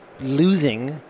losing